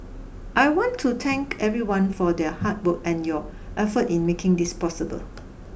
I want to thank everyone for their hard work and your effort in making this possible